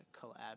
collab